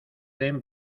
den